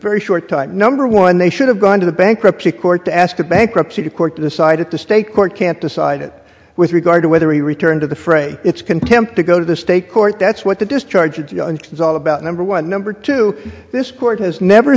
very short time number one they should have gone to the bankruptcy court to ask a bankruptcy court decided to stay court can't decide it with regard to whether he returned to the fray it's contempt to go to the state court that's what the discharge is all about number one number two this court has never